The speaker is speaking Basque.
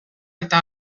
eta